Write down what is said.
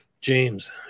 James